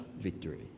victory